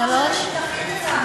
צינון של שלוש שנים, דחית אותנו.